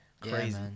crazy